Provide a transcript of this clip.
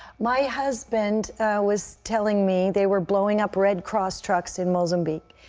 my husband was telling me they were blowing up red cross trucks in mozambique.